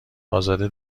ازاده